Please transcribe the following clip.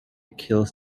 kills